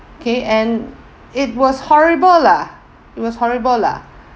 okay and it was horrible lah it was horrible lah